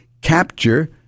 capture